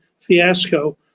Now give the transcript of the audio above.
fiasco